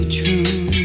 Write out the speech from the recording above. true